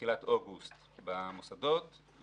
מתחילת אוגוסט במוסדות.